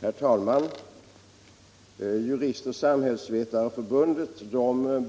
Herr talman! Juristoch samhällsvetareförbundet